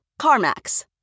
CarMax